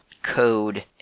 code